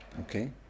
Okay